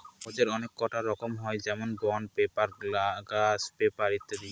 কাগজের অনেককটা রকম হয় যেমন বন্ড পেপার, গ্লাস পেপার ইত্যাদি